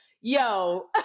yo